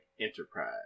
Enterprise